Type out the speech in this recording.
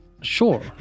Sure